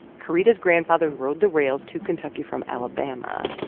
karida's grandfather rode the rails to kentucky from alabama,